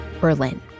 Berlin